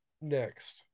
next